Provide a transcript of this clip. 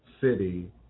city